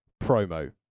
promo